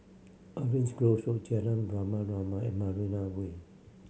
Orange Grove Road Jalan Rama Rama and Marina Way